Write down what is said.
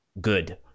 good